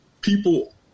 people